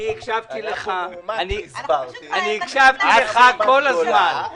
הקשבתי לך כל הזמן.